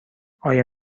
آیا